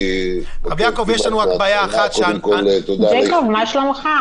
ג'ייקוב, מה שלומך?